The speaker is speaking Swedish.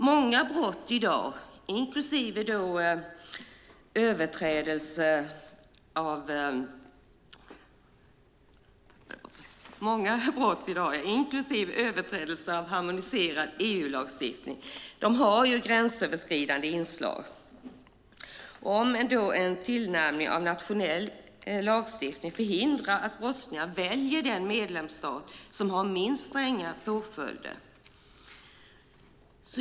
Många brott i dag, inklusive överträdelser av harmoniserad EU-lagstiftning, har gränsöverskridande inslag. En tillnärmning av nationell lagstiftning förhindrar att brottslingar väljer den medlemsstat som har minst stränga påföljder.